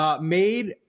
Made